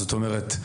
זאת אומרת,